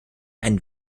einen